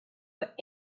were